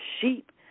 sheep